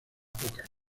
poca